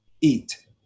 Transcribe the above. eat